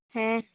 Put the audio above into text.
ᱦᱮᱸ